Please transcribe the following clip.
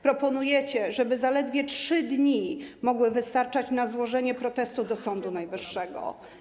Proponujecie, aby zaledwie 3 dni wystarczyły na złożenie protestu do Sądu Najwyższego.